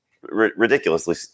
ridiculously